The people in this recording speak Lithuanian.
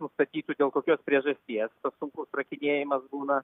nustatytų dėl kokios priežasties tas sunkus rakinėjimas būna